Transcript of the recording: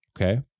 okay